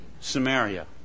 Samaria